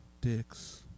dicks